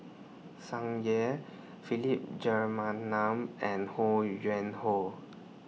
Tsung Yeh Philip and Ho Yuen Hoe